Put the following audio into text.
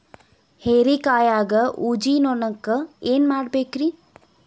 ಹೇರಿಕಾಯಾಗ ಊಜಿ ನೋಣಕ್ಕ ಏನ್ ಮಾಡಬೇಕ್ರೇ?